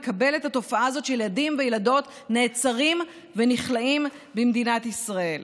לקבל את התופעה הזאת שילדים וילדות נעצרים ונכלאים במדינת ישראל.